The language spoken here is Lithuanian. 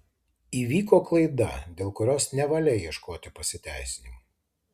įvyko klaida dėl kurios nevalia ieškoti pasiteisinimų